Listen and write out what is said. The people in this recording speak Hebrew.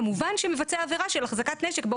כמובן שמבצע עבירה של החזקת נשק באופן בלתי חוקי.